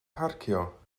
parcio